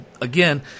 Again